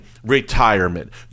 retirement